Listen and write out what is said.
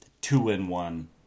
two-in-one